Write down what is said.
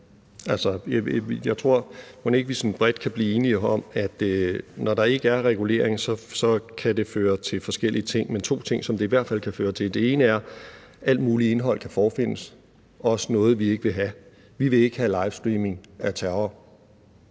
vi sådan bredt kan blive enige om, at når der ikke er regulering, kan det føre til forskellige ting. Men der er to ting, som det i hvert fald kan føre til. Det ene er, at alt muligt indhold kan forefindes, også noget, vi ikke vil have. Vi vil ikke have livestreaming af terror,